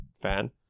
fan